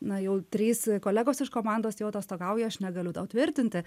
na jau trys kolegos iš komandos jau atostogauja aš negaliu tau tvirtinti